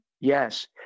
yes